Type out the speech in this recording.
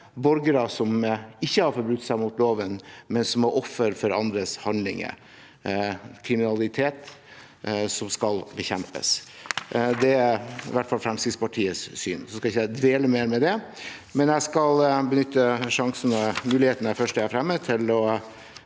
borgere som ikke har forbrutt seg mot loven, men som er offer for andres handlinger og kriminalitet, som skal bekjempes. Det er i hvert fall Fremskrittspartiets syn. Jeg skal ikke dvele mer ved det, men jeg skal benytte muligheten når jeg